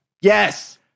Yes